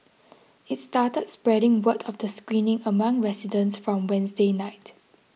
it started spreading word of the screening among residents from Wednesday night